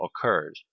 occurred